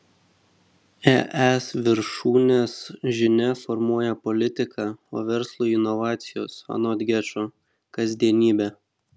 es viršūnės žinia formuoja politiką o verslui inovacijos anot gečo kasdienybė